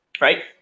right